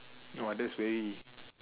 !wah! that's very